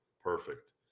perfect